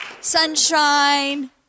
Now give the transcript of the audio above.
sunshine